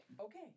Okay